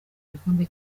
igikombe